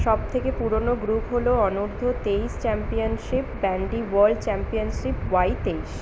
সবথেকে পুরনো গ্রুপ হল অনূর্ধ্ব তেইশ championship bandy world championship Y তেইশ